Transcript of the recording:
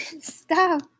Stop